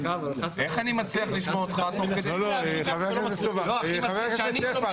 כי אתה היחיד שיושב פה